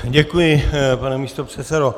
Děkuji, pane místopředsedo.